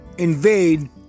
invade